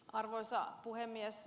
arvoisa puhemies